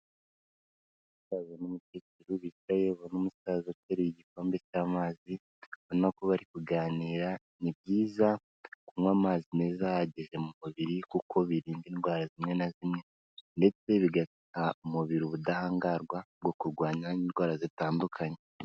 Umusaza n' umukecuru bicaye ubona umusaza ateruye igikombe cy'amazi, ubona ko bari kuganira .Ni byiza kunywa amazi meza ahagije mu mubiri kuko birinda indwara zimwe na zimwe ndetse bigaha umubiri ubudahangarwa bwo kurwanya indwara zitandukanye.